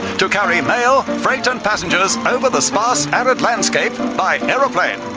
to carry mail, freight and passengers over the sparse arid landscape by aeroplane.